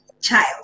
child